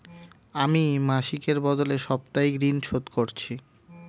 আমি মাসিকের বদলে সাপ্তাহিক ঋন শোধ করছি